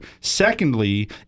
Secondly